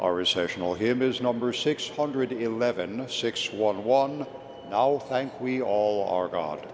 all recessional him is number six hundred eleven six one one all think we all are god